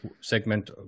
segment